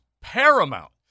paramount